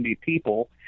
people